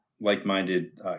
like-minded